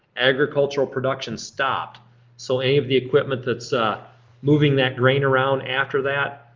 agricultural production's stopped so any of the equipment that's ah moving that grain around after that,